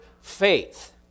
faith